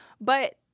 but-